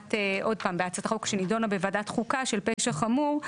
בהצעת החוק שנדונה בוועדת חוקה של פשע חמור,